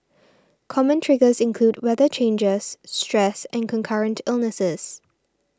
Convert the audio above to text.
common triggers include weather changers stress and concurrent illnesses